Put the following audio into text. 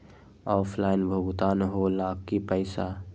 Offline भुगतान हो ला कि पईसा?